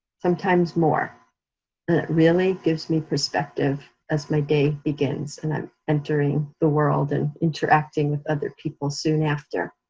sometimes more really gives me perspective as my day begins and i'm entering the world, and interacting with other people soon after.